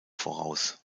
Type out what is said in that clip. voraus